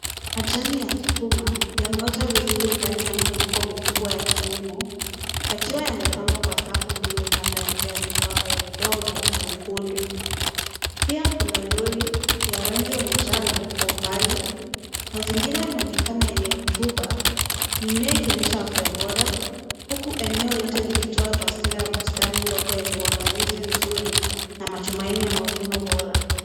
Majani ya sukuma yameota vizuri ndani ya mifuko mikubwa ya kilimo yakiwa yamepangwa kwa safu mbili kando ya njia nyembamba ya udongo mwekundu. Pia kuna lori ya rangi ya manjano kwa umbali. Mazingira yanaonekana yenye rotuba, mimea ikionyesha afya bora huku eneo lote likitoa taswira ya bustani ndogo yenye uangalizi mzuri na matumaini ya mavuno bora.